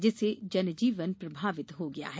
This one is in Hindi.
जिससे जनजीवन प्रभावित हो गया है